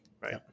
Right